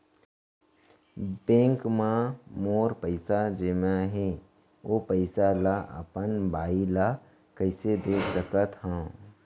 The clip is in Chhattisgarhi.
बैंक म मोर पइसा जेमा हे, ओ पइसा ला अपन बाई ला कइसे दे सकत हव?